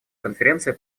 конференции